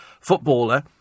footballer